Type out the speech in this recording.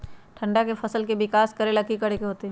ठंडा में फसल के विकास ला की करे के होतै?